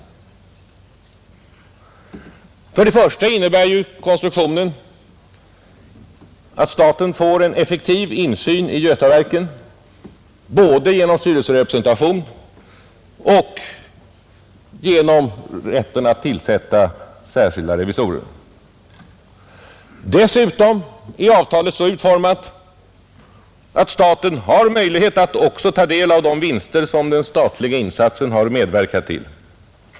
Först och främst innebär konstruktionen att staten får en effektiv insyn i Götaverken både genom styrelserepresentation och genom rätten att tillsätta särskilda revisorer. Dessutom är avtalet så utformat att staten har möjlighet att också få del av de vinster som den statliga insatsen har medverkat till.